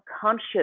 conscious